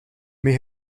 may